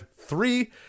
three